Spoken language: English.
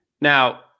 now